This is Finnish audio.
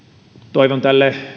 toivon tälle